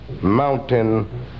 mountain